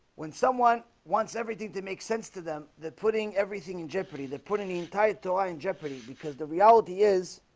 when someone wants everything to make sense to them they're putting everything in jeopardy that putting the entire torah in jeopardy because the reality is